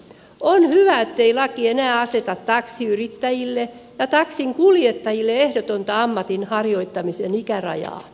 on hyvä ettei laki enää aseta taksiyrittäjille ja taksinkuljettajille ehdotonta ammatinharjoittamisen ikärajaa